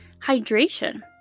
hydration